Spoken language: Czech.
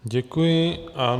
Děkuji vám.